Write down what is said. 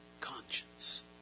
conscience